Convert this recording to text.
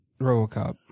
RoboCop